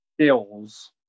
skills